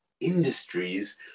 industries